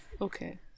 Okay